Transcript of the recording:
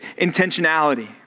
intentionality